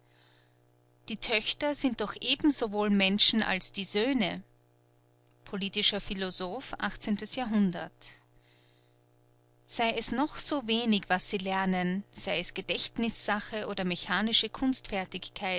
die töchter sind doch ebensowohl menschen als die söhne sei es noch so wenig was sie lernen sei es gedächtnißsache oder mechanische